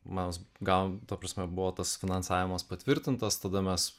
mes gavom ta prasme buvo tas finansavimas patvirtintas tada mes